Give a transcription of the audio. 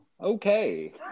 Okay